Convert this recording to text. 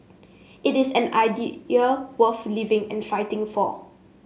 it is an worth living and fighting for